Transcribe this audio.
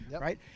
right